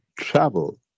Travel